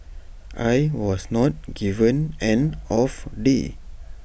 I was not given an off day